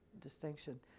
distinction